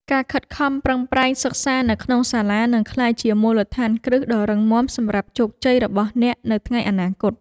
ការខិតខំប្រឹងប្រែងសិក្សានៅក្នុងសាលានឹងក្លាយជាមូលដ្ឋានគ្រឹះដ៏រឹងមាំសម្រាប់ជោគជ័យរបស់អ្នកនៅថ្ងៃអនាគត។